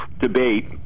debate